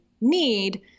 need